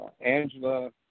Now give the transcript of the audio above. angela